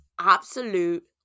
absolute